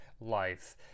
life